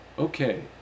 Okay